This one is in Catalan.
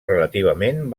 relativament